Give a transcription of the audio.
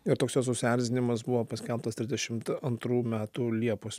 ir toks jo susierzinimas buvo paskelbtas trisdešimt antrų metų liepos